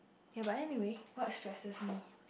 ya but anyway what stresses me